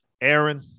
Aaron